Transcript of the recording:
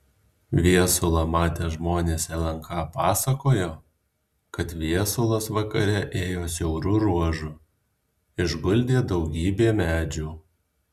viesulą matę žmonės lnk pasakojo kad viesulas vakare ėjo siauru ruožu išguldė daugybė medžių